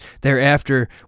Thereafter